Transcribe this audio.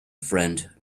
friend